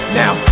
now